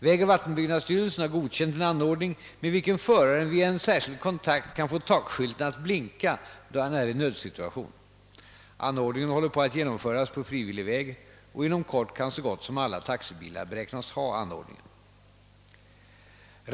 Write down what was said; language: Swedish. Vägoch vattenbyggnadsstyrelsen har godkänt en anordning, med vilken föraren via en särskild kontakt kan få takskylten att blinka då han är i nödsituation. Anordningen håller på att genomföras på frivillig väg, och inom kort kan så gott som alla taxibilar beräknas ha anordningen.